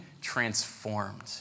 transformed